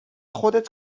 خودت